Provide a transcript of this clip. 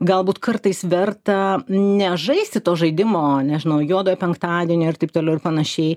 galbūt kartais verta nežaisti to žaidimo nežinau juodojo penktadienio ir taip toliau ir panašiai